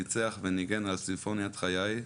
ניצח וניגן על סימפוניית חיי,